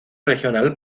regional